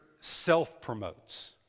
self-promotes